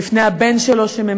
בפני הבן שלו אוריאל,